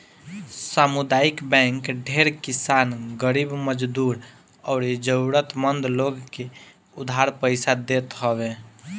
सामुदायिक बैंक ढेर किसान, गरीब मजदूर अउरी जरुरत मंद लोग के उधार पईसा देत हवे